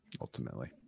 ultimately